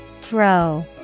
Throw